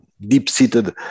deep-seated